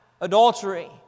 adultery